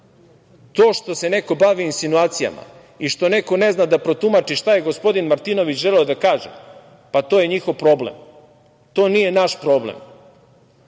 To što se neko bavi insinuacijama i što neko ne zna da protumači šta je gospodin Martinović želeo da kaže, pa to je njihov problem, to nije naš problem.